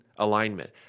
Alignment